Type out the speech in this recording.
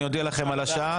ואני אודיע לכם על השעה.